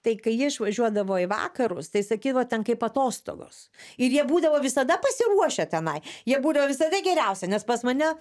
tai kai jie išvažiuodavo į vakarus tai sakydavo ten kaip atostogos ir jie būdavo visada pasiruošę tenai jie būdavo visada geriausia nes pas mane